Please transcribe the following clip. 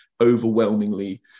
overwhelmingly